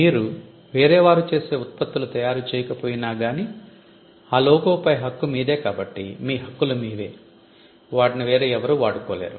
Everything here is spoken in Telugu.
మీరు వేరే వారు చేసే ఉత్పత్తులు తయారు చేయక పోయినా గానీ ఆ లోగో పై హక్కు మీదే కాబట్టి మీ హక్కులు మీవే వాటిని వేరే ఎవరూ వాడుకోలేరు